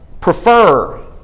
prefer